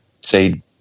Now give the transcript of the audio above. say